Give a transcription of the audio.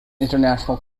international